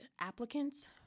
applicants